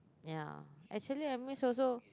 ya actually I miss also